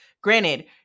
Granted